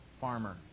farmer